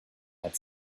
had